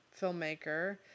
filmmaker